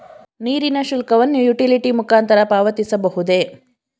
ನೀರಿನ ಶುಲ್ಕವನ್ನು ಯುಟಿಲಿಟಿ ಮುಖಾಂತರ ಪಾವತಿಸಬಹುದೇ?